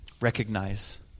recognize